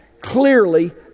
Clearly